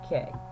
Okay